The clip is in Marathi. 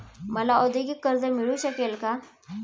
मला औद्योगिक कर्ज मिळू शकेल का?